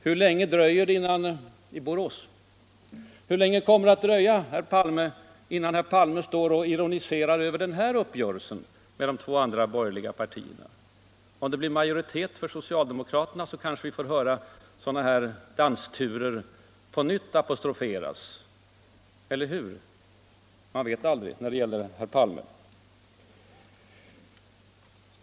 Hur länge kommer det att dröja innan herr Palme på samma sätt ironiserar över den aktuella uppgörelsen med två av de borgerliga partierna? Om det blir majoritet för socialdemokraterna kanske vi får höra sådana här dansturer på nytt apostroferas. Eller hur? Man vet ju aldrig när det gäller herr Palme.